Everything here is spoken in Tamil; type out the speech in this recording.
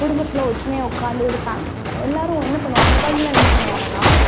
குடும்பத்தில் ஒற்றுமையாக உட்காந்து ஒரு ச எல்லாரும் என்ன பண்ணுவோம் அந்த காலத்தில் என்ன பண்ணுவாங்கனா